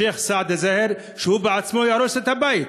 שיח' סעאדה זאהר, שהוא בעצמו יהרוס את הבית.